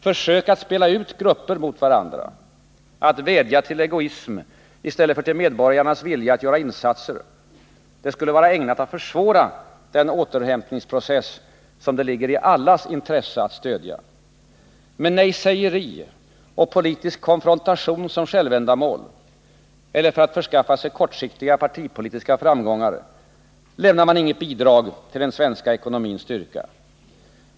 Försök att spela ut grupper mot varandra, att vädja till egoism i stället för till medborgarnas vilja att göra insatser skulle vara ägnade att försvåra den återhämtningsprocess som det ligger i allas intresse att stödja. Med nejsägeri och politisk konfrontation som självändamål eller för att förskaffa sig kortsiktiga partipolitiska framgångar lämnar man inget bidrag till den svenska ekonomins styrka.